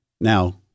Now